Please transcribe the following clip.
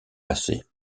passé